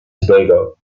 tobago